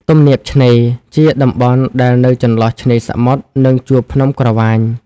ទំនាបឆ្នេរ ជាតំបន់ដែលនៅចន្លោះឆ្នេរសមុទ្រ និងជួរភ្នំក្រវាញ ។